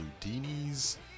Ludini's